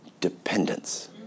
dependence